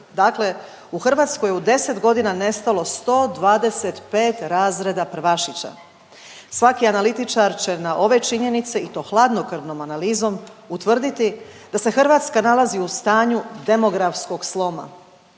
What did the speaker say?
Dakle, u Hrvatskoj je u 10 godina nestalo 125 razreda prvašića. Svaki analitičar će na ove činjenice i to hladnokrvnom analizom, utvrditi da se Hrvatska nalazi u stanju demografskog sloma.